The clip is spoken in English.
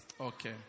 Okay